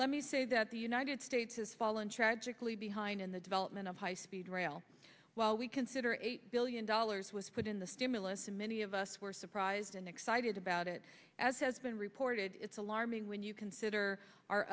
let me say that the united states has fallen tragically behind in the development of high speed rail while we consider eight billion dollars was put in the stimulus and many of us were surprised and excited about it as has been reported it's alarming when you consider our